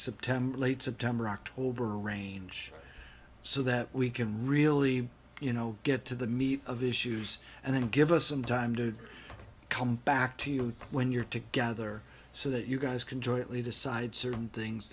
september late september october range so that we can really you know get to the meat of issues and then give us some time to come back to you when you're together so that you guys can jointly decide certain things